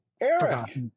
eric